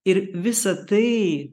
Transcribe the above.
ir visa tai